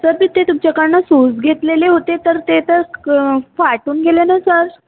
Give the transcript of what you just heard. sir तर ते तुमच्याकडनं सूज घेतलेले होते तर ते तर क फाटून गेले ना सर